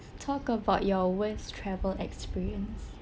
talk about your worst travel experience